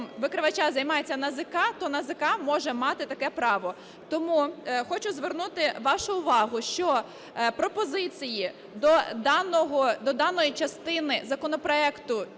викривача займається НАЗК, то НАЗК може мати таке право. Тому хочу звернути вашу увагу, що пропозиції до даної частини законопроекту,